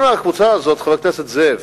חבר הכנסת זאב,